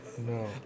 no